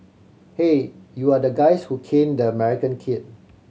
hey you are the guys who caned the American kid